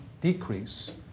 decrease